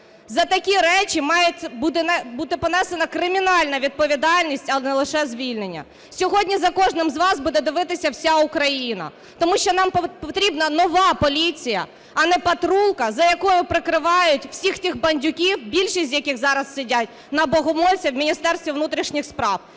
За такі речі має бути понесена кримінальна відповідальність, а не лише звільнення. Сьогодні за кожним з вас буде дивитися вся Україна. Тому що нам потрібна нова поліція, а не "патрулка", за якою прикривають всіх тих баньдюків, більшість з яких зараз сидять на Богомольця в Міністерстві внутрішніх справ.